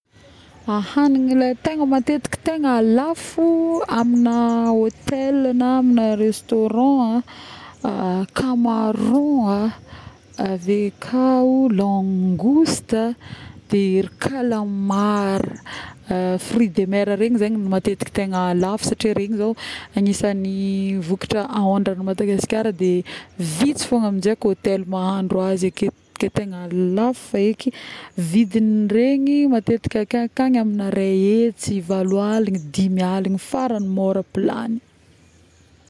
Ahagniny le tegna matetiky tegna lafo amina hôtel na amina restaurant: camaron, avekeo langouste de ry calmart, le fruit de mer regny matetiky zegny tegna lafo zao, satria regny zo agnisan'ny vokatra ahondragn'ny madagascar de vitsy fôgna amizay k'hôtel mahandro azy aketo, aketo tegna lafo feky vidigny regny matetika ankagny ankagny amin'ny iraihetsy, valoaligny, dimialigny faragny môra plat.ny